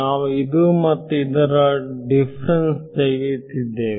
ನಾವು ಇದು ಮತ್ತು ಇದರ ದಿಫರೆನ್ಸ್ ತೆಗೆಯುತ್ತಿದ್ದೇವೆ